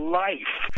life